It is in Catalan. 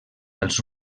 als